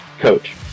coach